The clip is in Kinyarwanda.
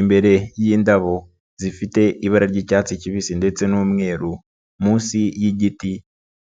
Imbere y'indabo zifite ibara ry'icyatsi kibisi ndetse n'umweru munsi y'igiti